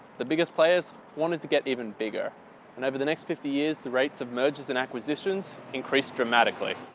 the biggest players wanted to get even bigger and over the next fifty years the rate of mergers and acquisition increased dramatically.